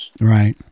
Right